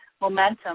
momentum